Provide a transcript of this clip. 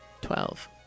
Twelve